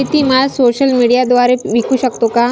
शेतीमाल सोशल मीडियाद्वारे विकू शकतो का?